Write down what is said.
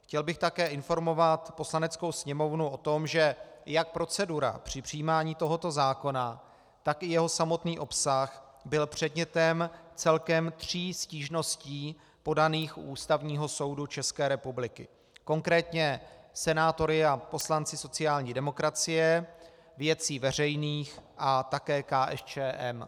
Chtěl bych také informovat Poslaneckou sněmovnu o tom, že jak procedura při přijímání tohoto zákona, tak i jeho samotný obsah byly předmětem celkem tří stížností podaných u Ústavního soudu České republiky, konkrétně senátory a poslanci sociální demokracie, Věcí veřejných a také KSČM.